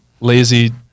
lazy